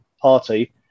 party